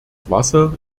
wasser